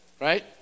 Right